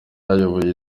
ayoboye